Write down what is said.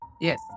Yes